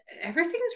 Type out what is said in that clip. everything's